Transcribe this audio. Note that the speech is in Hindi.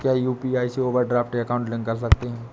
क्या यू.पी.आई से ओवरड्राफ्ट अकाउंट लिंक कर सकते हैं?